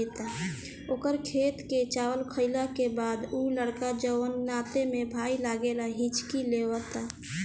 ओकर खेत के चावल खैला के बाद उ लड़का जोन नाते में भाई लागेला हिच्की लेता